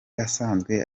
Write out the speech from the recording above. asanzwe